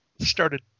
started